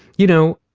you know,